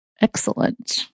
Excellent